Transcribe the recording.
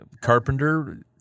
carpenter